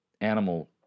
animal